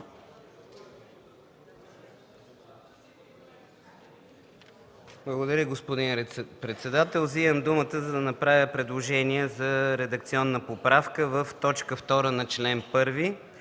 Благодаря, господин председател. Вземам думата, за да направя предложение за редакционна поправка в т. 2 на чл. 1,